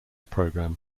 program